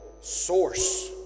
source